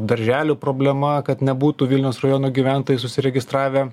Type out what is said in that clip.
darželių problema kad nebūtų vilniaus rajono gyventojai susiregistravę